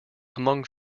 among